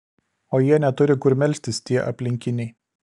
o jie neturi kur melstis tie aplinkiniai